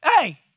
Hey